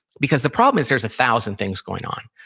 because the problem is there's a thousand things going on.